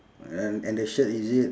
then and the shirt is it